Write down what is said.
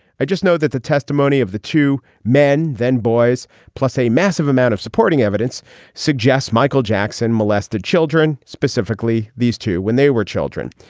i just know that the testimony of the two men then boys plus a massive amount of supporting evidence suggests michael jackson molested children specifically these two when they were children.